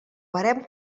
barem